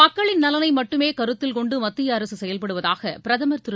மக்களின் நலனை மட்டுமே கருத்தில் கொண்டு மத்திய அரசு செயல்படுவதாக பிரதமர் திரு